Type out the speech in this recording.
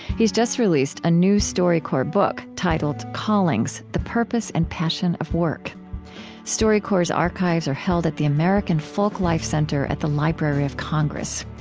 he's just released a new storycorps book titled callings the purpose and passion of work storycorps' archives are held at the american folklife center at the library of congress.